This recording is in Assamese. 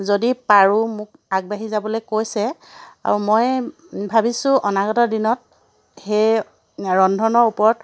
যদি পাৰোঁ মোক আগবাঢ়ি যাবলৈ কৈছে আৰু মই ভাবিছোঁ অনাগত দিনত সেই ৰন্ধনৰ ওপৰত